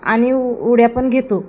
आणि उड्यापण घेतो